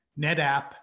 NetApp